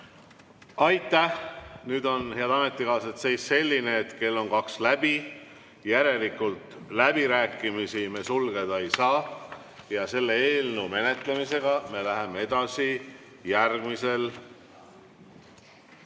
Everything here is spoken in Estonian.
Aitäh! Nüüd on, head ametikaaslased, seis selline, et kell on kaks läbi, järelikult läbirääkimisi me sulgeda ei saa ja selle eelnõu menetlemisega me läheme edasi istungil,